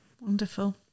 Wonderful